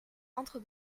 entre